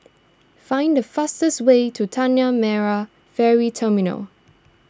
find the fastest way to Tanah Merah Ferry Terminal